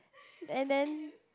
and then